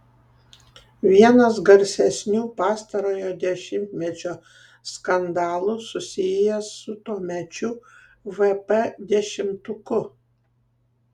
vienas garsesnių pastarojo dešimtmečio skandalų susijęs su tuomečiu vp dešimtuku